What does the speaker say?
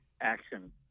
action